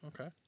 Okay